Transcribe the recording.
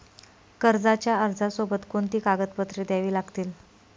कर्जाच्या अर्जासोबत कोणती कागदपत्रे द्यावी लागतील?